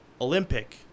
Olympic